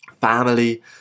family